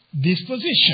Disposition